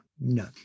no